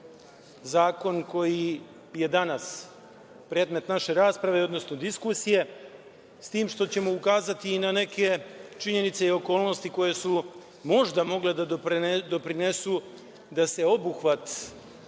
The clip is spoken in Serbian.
zakon koji je danas predmet naše rasprave, odnosno diskusije, s tim što ćemo ukazati na neke činjenice i okolnosti koje su možda mogle da doprinesu da se obuhvat